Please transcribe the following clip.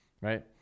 Right